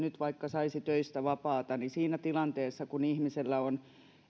vaikka nyt saisi töistä vapaata niin siinä tilanteessa kun ihmisellä on